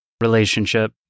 relationship